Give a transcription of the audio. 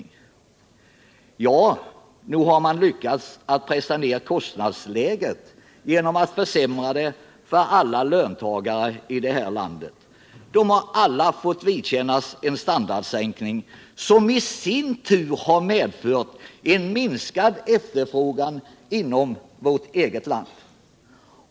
Ja, nog har man lyckats pressa ned kostnadsläget genom att försämra det för löntagarna i vårt land. De har alla fått vidkännas en standardsänkning, som i sin tur har medfört minskad efterfrågan inom landet.